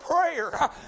prayer